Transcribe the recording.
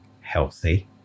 healthy